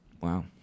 Wow